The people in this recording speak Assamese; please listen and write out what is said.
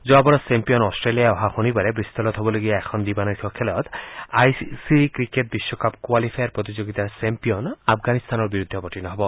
যোৱাবাৰৰ ছেম্পিয়ন অট্টেলিয়াই অহা শনিবাৰে ৱিষ্ট'লত হ'বলগীয়া এখন দিবানৈশ খেলত আই চি চি ক্ৰিকেট বিশ্বকাপ কোৱালিফায়াৰ প্ৰতিযোগিতাৰ ছেম্পিয়ন আফগানিস্তানৰ বিৰুদ্ধে অৱতীৰ্ণ হ'ব